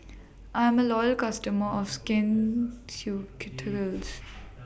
I'm A Loyal customer of Skin